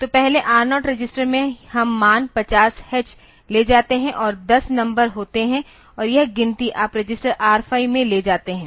तो पहले R0 register में हम मान 50 h ले जाते हैं और 10 नंबर होते हैं और यह गिनती आप रजिस्टर R5 में ले जाते हैं